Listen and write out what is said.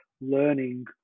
learning